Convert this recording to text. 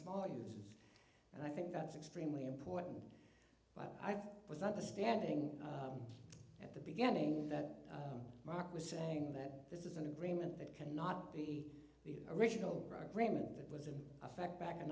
small users and i think that's extremely important but i've was understanding at the beginning that mark was saying that this is an agreement that cannot be the original agreement that was in effect back in